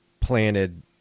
planted